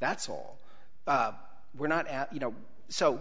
that's all we're not at you know so